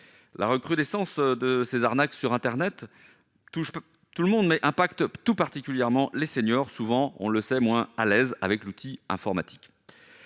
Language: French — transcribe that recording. la recrudescence de ces arnaques sur internet touche pas tout le monde mais impacte tout particulièrement les seniors, souvent, on le sait moins à l'aise avec l'outil informatique,